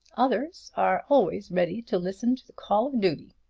others are always ready to listen to the call of duty.